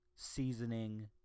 Seasoning